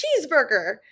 cheeseburger